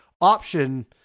option